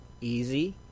easy